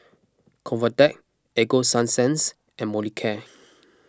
Convatec Ego Sunsense and Molicare